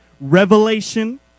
revelation